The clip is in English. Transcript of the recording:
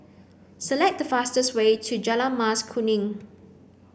select the fastest way to Jalan Mas Kuning